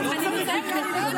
אנחנו לא מוכנים,